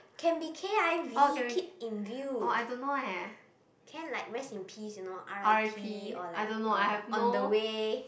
can be K_I_V keep in view can like rest in peace you know R_I_P or like uh on the way